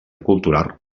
cultural